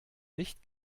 nicht